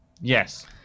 Yes